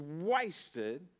wasted